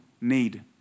need